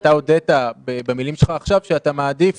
ואתה הודית במילים שלך עכשיו שאתה מעדיף